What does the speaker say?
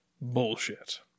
Bullshit